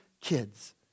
kids